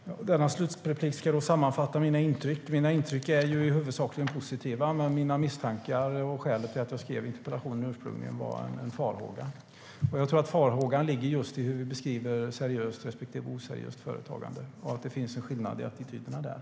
Herr talman! I detta sista inlägg ska jag sammanfatta mina intryck. Mina intryck är huvudsakligen positiva. Skälet till att jag skrev interpellationen var mina misstankar och en farhåga. Jag tror att farhågan ligger just i hur vi beskriver seriöst respektive oseriöst företagande och att det finns en skillnad i attityderna där.